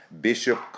bishop